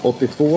82